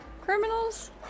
criminals